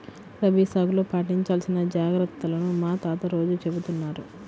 రబీ సాగులో పాటించాల్సిన జాగర్తలను మా తాత రోజూ చెబుతున్నారు